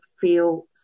feel